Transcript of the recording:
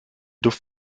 duft